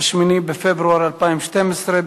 8 בפברואר 2012,